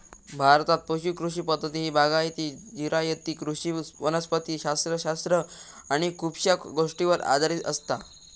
भारतात पुश कृषी पद्धती ही बागायती, जिरायती कृषी वनस्पति शास्त्र शास्त्र आणि खुपशा गोष्टींवर आधारित असता